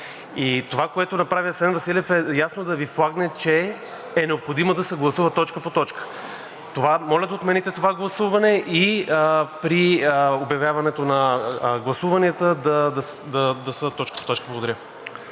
това, което направи Асен Василев, е ясно да Ви флагне, че е необходимо да се гласува точка по точка. Моля да отмените това гласуване и при обявяването на гласуванията да са точка по точка. Благодаря.